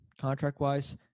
contract-wise